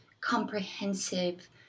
comprehensive